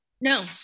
No